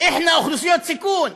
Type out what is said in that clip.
אחנא אוכלוסיות סיכון,